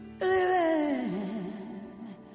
living